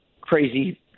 crazy